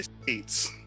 States